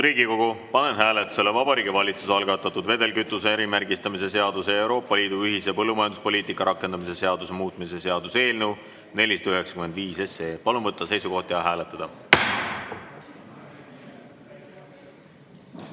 Riigikogu, panen hääletusele Vabariigi Valitsuse algatatud vedelkütuse erimärgistamise seaduse ja Euroopa Liidu ühise põllumajanduspoliitika rakendamise seaduse muutmise seaduse eelnõu 495. Palun võtta seisukoht ja hääletada!